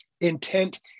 Intent